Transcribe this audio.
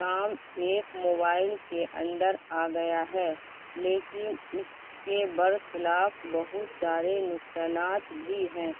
کام ایک موبائل کے اندر آ گیا ہے لیکن اس کے بر خلاف بہت سارے نقصانات بھی ہیں